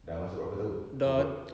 dah masuk berapa tahun kau buat